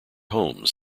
homes